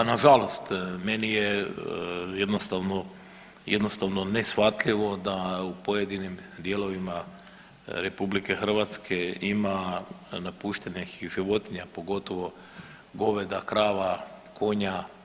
Pa na žalost meni je jednostavno neshvatljivo da u pojedinim dijelovima RH ima napuštenih životinja pogotovo goveda, krava, konja.